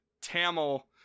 Tamil